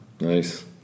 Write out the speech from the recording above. Nice